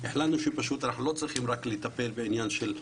החלטנו שאנחנו לא צריכים רק לטפל בעניין של עבר,